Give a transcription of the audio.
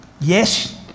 Yes